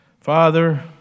Father